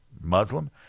Muslim